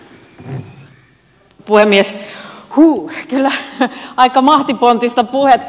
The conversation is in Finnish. huh on kyllä aika mahtipontista puhetta